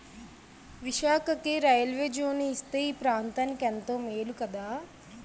విశాఖకి railway zone ఇస్తే ఈ ప్రాంతనికెంతో మేలు కదా